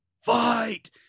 fight